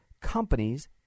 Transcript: companies